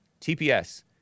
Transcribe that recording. TPS